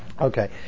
Okay